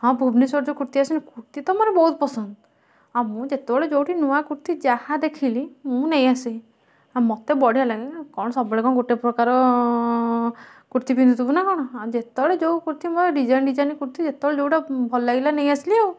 ହଁ ଭୁବନେଶ୍ୱର ଯେଉଁ କୁର୍ତ୍ତୀ ଆସୁନି କୁର୍ତ୍ତୀ ତ ମୋର ବହୁତ ପସନ୍ଦ ଆଉ ମୁଁ ଯେତେବେଳେ ଯେଉଁଠି ନୂଆ କୁର୍ତ୍ତୀ ଯାହା ଦେଖିଲି ମୁଁ ନେଇ ଆସେ ଆଉ ମତେ ବଢ଼ିଆ ଲାଗେ କ'ଣ ସବୁବେଳେ କ'ଣ ଗୋଟେ ପ୍ରକାର କୁର୍ତ୍ତୀ ପିନ୍ଧୁଥିବୁ ନା କ'ଣ ଆଉ ଯେତେବେଳେ ଯେଉଁ କୁର୍ତ୍ତୀ ମୋର ଡିଜାଇନ ଡିଜାଇନ କୁର୍ତ୍ତୀ ଯେତେବେଳେ ଯେଉଁଟା ଭଲ ଲାଗିଲା ନେଇ ଆସିଲି ଆଉ